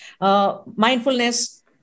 mindfulness